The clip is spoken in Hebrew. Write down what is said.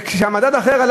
כשהמדד האחר,